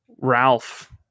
Ralph